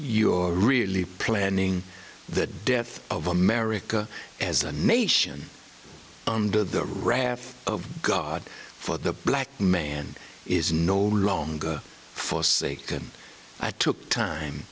you are really planning the death of america as a nation under the wrath of god for the black man is no longer forsaken i took time t